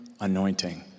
anointing